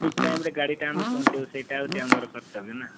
ଠିକ ଟାଇମରେ ଗାଡ଼ିଟା ଆମେ ପହଞ୍ଚେଇବୁ ସେଇଟା ହେଉଛି ଆମର କର୍ତ୍ତବ୍ୟ ନା